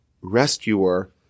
rescuer